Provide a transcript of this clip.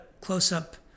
close-up